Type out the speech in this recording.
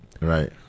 Right